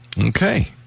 Okay